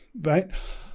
right